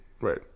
Right